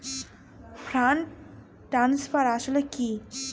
Fund transfer আসলে কী?